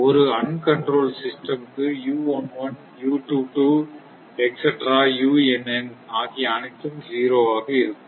ஒரு uncontrolled system க்கு ஆகிய அனைத்தும் ஸிரோ ஆக இருக்கும்